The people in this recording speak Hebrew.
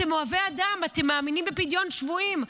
אתם אוהבי אדם, אתם מאמינים בפדיון שבויים.